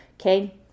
okay